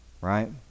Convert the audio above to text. right